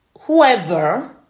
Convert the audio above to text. whoever